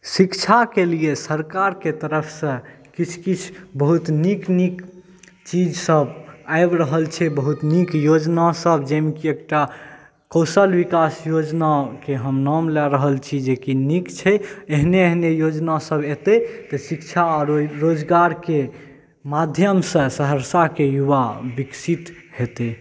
शिक्षाकेलिए सरकारके तरफसँ किछु किछु बहुत नीक नीक चीजसब आबि रहल छै बहुत नीक योजनासब जाहिमे कि एकटा कौशल विकास योजनाके हम नाम लऽ रहल छी जेकि नीक छै एहने एहने योजनासब एतऽ तऽ शिक्षा आओर रोजगारके माध्यमसँ सहरसाके युवा विकसित हेतै